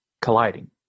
colliding